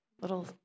Little